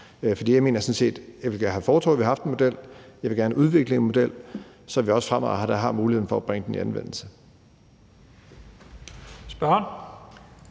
Jeg ville da have foretrukket, at vi havde haft en model, og jeg vil gerne udvikle en model, så vi også fremadrettet har muligheden for at bringe den i anvendelse.